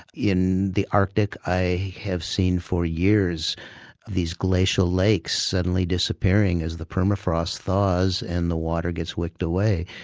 in the arctic i have seen for years these glacial lakes suddenly disappearing as the permafrost thaws and the water gets wicked away.